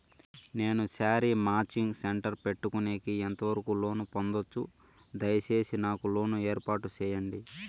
నేను sari matching centre పెట్టుకునేకి ఎంత వరకు లోను పొందొచ్చు? దయసేసి నాకు లోను ఏర్పాటు సేయండి?